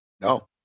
No